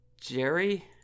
Jerry